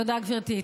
תודה, גברתי.